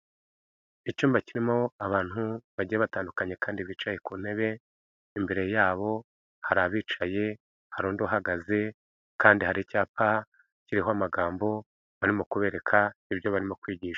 Icyumba kirimo abantu bajye batandukanye kandi bicaye ku ntebe, imbere yabo hari abicaye hari undi uhagaze kandi hari icyapa kiriho amagambo arimo kubereka ibyo barimo kwigishwa.